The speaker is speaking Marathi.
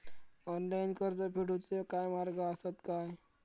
ऑनलाईन कर्ज फेडूचे काय मार्ग आसत काय?